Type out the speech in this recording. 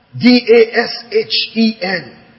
D-A-S-H-E-N